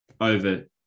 over